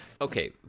Okay